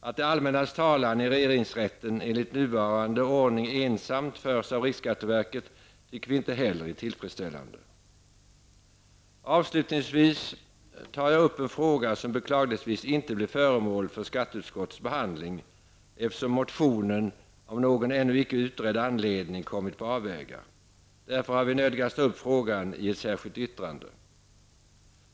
Att det allmännas talan i regeringsrätten enligt nuvarande ordning ensamt förs av riksskatteverket tycker vi inte heller är tillfredsställande. Avslutningsvis tar jag upp en fråga som beklagligtvis inte blev föremål för skatteutskottets behandling, eftersom motionen av någon ännu icke utredd anledning kommit på avvägar. Därför har vi nödgats ta upp frågan i ett särskilt yttrande.